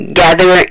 gather